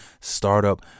startup